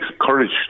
courage